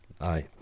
Aye